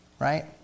right